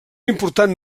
important